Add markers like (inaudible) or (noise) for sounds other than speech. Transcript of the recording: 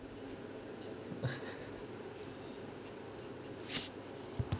(laughs)